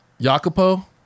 Jacopo